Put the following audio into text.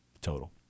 total